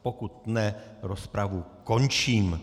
Pokud ne, rozpravu končím.